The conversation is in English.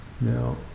Now